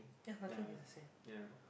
yeah yeah